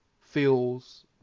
feels